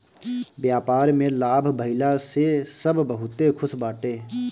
व्यापार में लाभ भइला से सब बहुते खुश बाटे